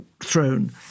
Throne